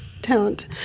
talent